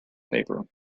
paper